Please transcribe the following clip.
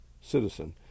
citizen